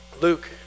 Luke